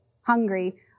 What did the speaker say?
hungry